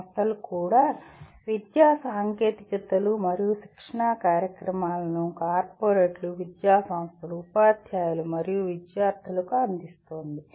సంస్థ కూడా విద్యా సాంకేతికతలు మరియు శిక్షణా కార్యక్రమాలను కార్పొరేట్లు విద్యాసంస్థలు ఉపాధ్యాయులు మరియు విద్యార్థులకు అందిస్తోంది